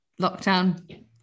lockdown